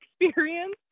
experience